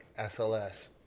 SLS